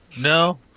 no